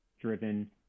driven